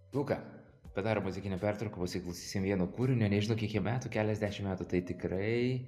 luka padarom muzikinę pertrauką pasiklausysim vieno kūrinio nežinau kiek jam metų keliasdešim metų tai tikrai